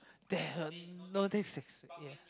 there uh no this is ya